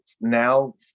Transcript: now